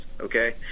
okay